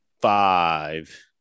Five